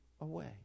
away